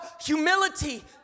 humility